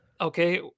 okay